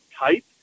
type